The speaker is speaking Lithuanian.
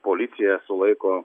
policija sulaiko